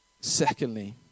Secondly